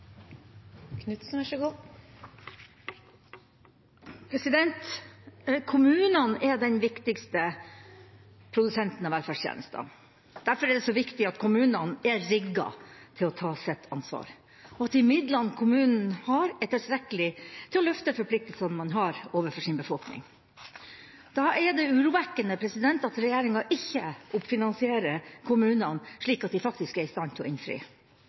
den viktigste produsenten av velferdstjenester. Derfor er det så viktig at kommunene er rigget til å ta sitt ansvar, og at de midlene kommunen har, er tilstrekkelig til å løfte forpliktelsene man har overfor sin befolkning. Da er det urovekkende at regjeringa ikke finansierer kommunene slik at de faktisk er i stand til å innfri.